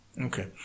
Okay